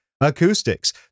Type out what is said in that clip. acoustics